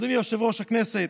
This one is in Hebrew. אדוני יושב-ראש הכנסת,